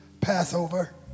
Passover